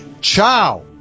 Ciao